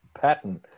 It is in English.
pattern